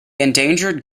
endangered